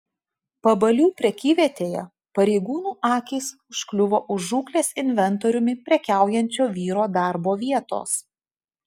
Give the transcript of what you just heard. pabalių prekyvietėje pareigūnų akys užkliuvo už žūklės inventoriumi prekiaujančio vyro darbo vietos